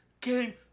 came